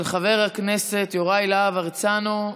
של חבר הכנסת יוראי להב הרצנו.